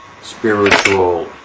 spiritual